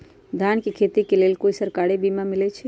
धान के खेती के लेल कोइ सरकारी बीमा मलैछई?